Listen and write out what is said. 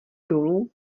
dolů